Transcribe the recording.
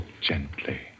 gently